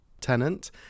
Tenant